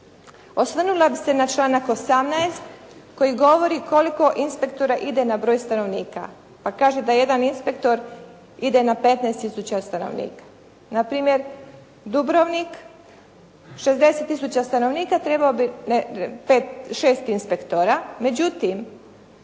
Osvrnula bih se na članak 18. koji govori koliko inspektora ide na broj stanovnika. Pa kaže da jedan inspektor ide na 15 tisuća stanovnika. Na primjer Dubrovnik, 60 tisuća stanovnika trebao bi, ne, 5, 6 inspektora međutim